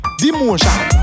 demotion